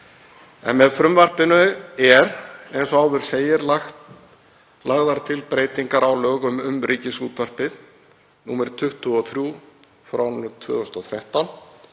Með frumvarpinu eru, eins og áður segir, lagðar til breytingar á lögum um Ríkisútvarpið, nr. 23/2013,